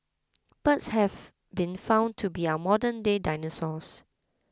birds have been found to be our modernday dinosaurs